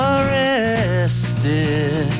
Arrested